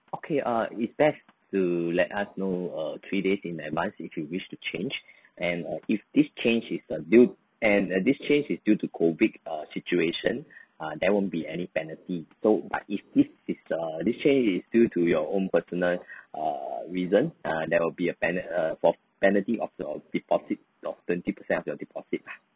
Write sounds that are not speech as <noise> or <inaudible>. okay uh it's best to let us know uh three days in advance if you wish to change and uh if this change is a due and uh this change is due to COVID uh situation uh there won't be any penalty so but if this is the this change is due to your own personal <breath> err reason ah there will be a penal~ uh for penalty of your deposit of twenty percent of your deposit lah